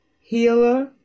healer